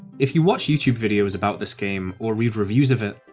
if you watch youtube videos about this game, or read reviews of it,